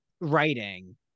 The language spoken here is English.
writing